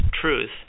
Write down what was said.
truth